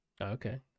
Okay